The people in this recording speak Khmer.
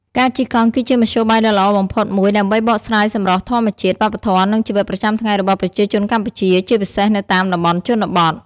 ការជិះកង់គឺជាមធ្យោបាយដ៏ល្អបំផុតមួយដើម្បីបកស្រាយសម្រស់ធម្មជាតិ វប្បធម៌ និងជីវិតប្រចាំថ្ងៃរបស់ប្រជាជនកម្ពុជា ជាពិសេសនៅតាមតំបន់ជនបទ។